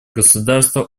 государства